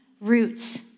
roots